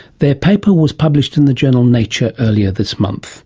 their paper was published in the journal nature earlier this month